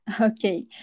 Okay